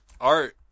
art